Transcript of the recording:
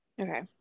okay